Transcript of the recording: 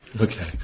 Okay